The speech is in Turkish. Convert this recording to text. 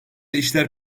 işler